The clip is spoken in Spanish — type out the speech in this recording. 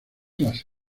las